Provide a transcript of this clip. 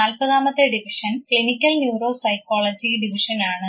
നാല്പതാമത്തെ division clinical neuropsychology ഡിവിഷനാണ്